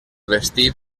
vestit